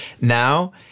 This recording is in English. now